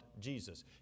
Jesus